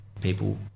people